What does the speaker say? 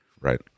Right